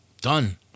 Done